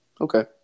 okay